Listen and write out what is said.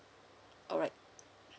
alright